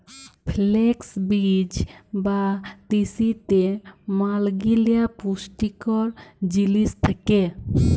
flakes বীজ বা তিসিতে ম্যালাগিলা পুষ্টিকর জিলিস থ্যাকে